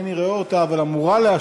אני בטעות הצבעתי,